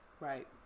Right